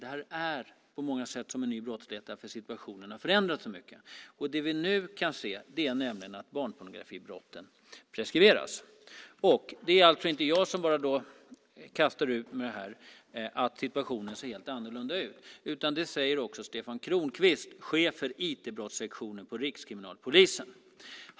Det här är på många sätt som en ny brottslighet därför att situationen har förändrats så mycket. Det vi nu kan se är nämligen att barnpornografibrotten preskriberas. Det är alltså inte bara jag som kastar ur mig att situationen ser helt annorlunda ut. Det säger också Stefan Kronqvist, chef för IT-brottssektionen på Rikskriminalpolisen.